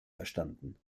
verstanden